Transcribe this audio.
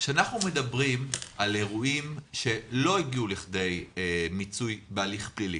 כשאנחנו מדברים על אירועים שלא הגיעו לכדי מיצוי בהליך פלילי,